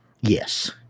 Yes